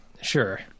Sure